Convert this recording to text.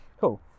Cool